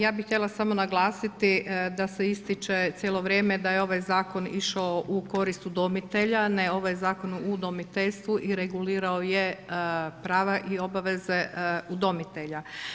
Ja bih htjela samo naglasiti da se ističe cijelo vrijeme da je ovaj zakon išao u korist udomitelja, ne ovaj Zakon o udomiteljstvu i regulirao je prava i obaveze udomitelja.